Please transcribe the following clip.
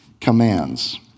commands